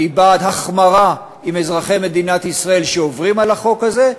אני בעד החמרה עם אזרחי מדינת ישראל שעוברים על החוק הזה.